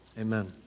Amen